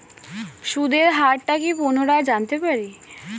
সুদের হার টা কি পুনরায় জানতে পারি?